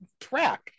track